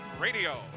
Radio